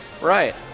Right